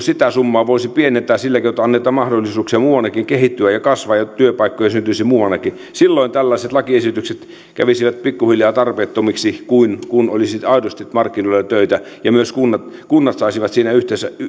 sitä summaa voisi pienentää silläkin että annetaan mahdollisuuksia muuallekin kehittyä ja kasvaa ja työpaikkoja syntyisi muuallekin silloin tällaiset lakiesitykset kävisivät pikkuhiljaa tarpeettomiksi kun olisi aidosti markkinoilla töitä ja myös kunnat kunnat saisivat siinä